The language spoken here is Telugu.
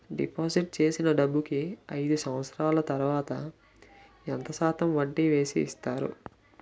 డిపాజిట్ చేసిన డబ్బుకి అయిదు సంవత్సరాల తర్వాత ఎంత శాతం వడ్డీ వేసి ఇస్తారు?